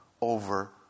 over